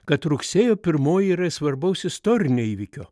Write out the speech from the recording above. kad rugsėjo pirmoji yra svarbaus istorinio įvykio